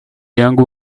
young